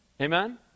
Amen